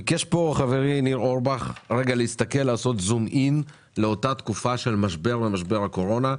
ביקש פה חברי ניר אורבך לעשות זום-אין על תקופת משבר הקורונה,